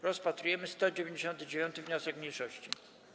Rozpatrujemy 199. wniosek mniejszości.